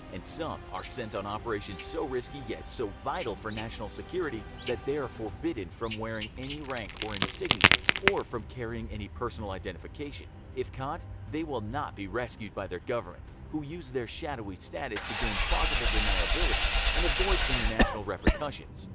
and some are sent on operations so risky yet so vital for national security, that they are forbidden from wearing any rank or insignia, or from carrying any personal identification. if caught they will not be rescued by their government, who use their shadowy status to gain plausible deniability and avoid international repercussions.